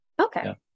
Okay